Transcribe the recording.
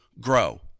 grow